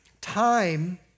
Time